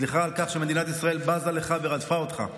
סליחה על כך שמדינת ישראל בזה לך ורדפה אותך.